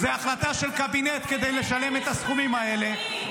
זאת החלטה של קבינט כדי לשלם את הסכומים האלה.